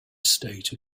state